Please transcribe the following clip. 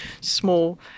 small